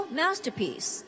masterpiece